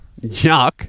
Yuck